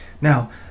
Now